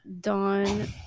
Dawn